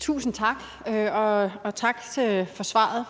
Tusind tak, og tak til ministeren for svaret.